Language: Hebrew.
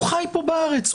הוא חי פה בארץ,